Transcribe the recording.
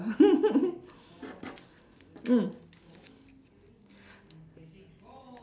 mm